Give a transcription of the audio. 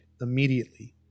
immediately